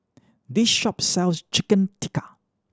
this shop sells Chicken Tikka